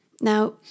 Now